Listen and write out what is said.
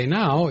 now